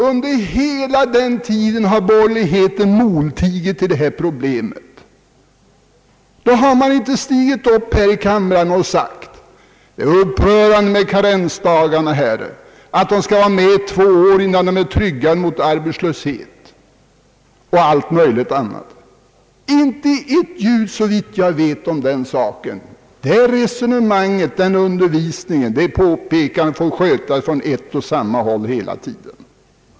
Under hela den tiden molteg borgerligheten när det gällt detta problem. Man har inte stigit upp här i kamrarna och sagt att det är upprörande med karensdagarna, att de försäkrade måste vara med två år innan de är tryggade mot arbetslöshet, o.s.v. Det har såvitt jag vet inte hörts ett ljud därom. Detta resonemang, denna undervisning och dessa påpekanden har fått skötas från vårt håll hela tiden.